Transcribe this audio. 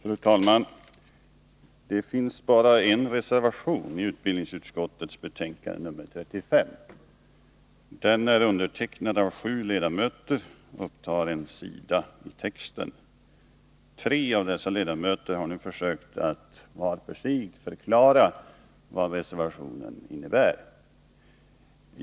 Fru talman! Det finns bara en reservation till utbildningsutskottets betänkande nr 35. Den är undertecknad av sju ledamöter och upptar en sida text. Tre av dessa ledamöter har nu försökt att var för sig förklara vad reservationen innebär.